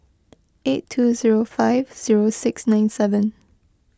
eight two zero five zero six nine seven